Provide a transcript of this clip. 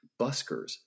buskers